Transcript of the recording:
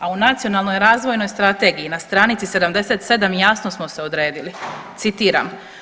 A u Nacionalnoj razvojnoj strategiji na stranici 77 jasno smo se odredili, citiram.